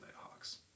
Hawks